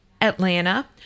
Atlanta